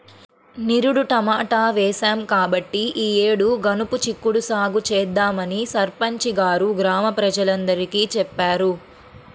నిరుడు టమాటా వేశాం కాబట్టి ఈ యేడు గనుపు చిక్కుడు సాగు చేద్దామని సర్పంచి గారు గ్రామ ప్రజలందరికీ చెప్పారు